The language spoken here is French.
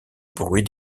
bruit